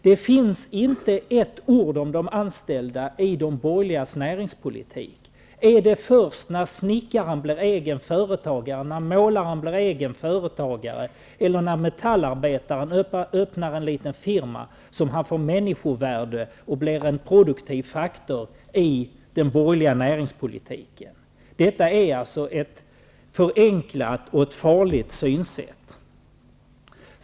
Det finns inte ett ord om de anställda i de borgerligas näringspolitik. Är det först när snickaren eller målaren blir egen företagare eller när metallarbetaren öppnar en liten firma som han får människovärde och blir en produktiv faktor i den borgerliga näringspolitiken? Det är ett förenklat och farligt synsätt.